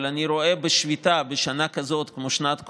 אבל שאני רואה בשביתה בשנה כזאת, שנת קורונה,